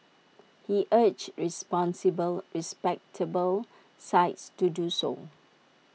he urged responsible respectable sites to do so